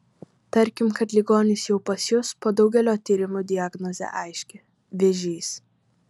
tarkim kad ligonis jau pas jus po daugelio tyrimų diagnozė aiški vėžys